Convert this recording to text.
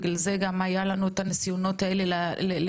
בגלל זה גם היה לנו את הניסיונות האלה לנסות